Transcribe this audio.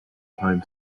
time